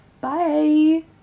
Bye